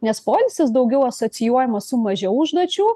nes poilsis daugiau asocijuojamas su mažiau užduočių